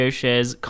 shares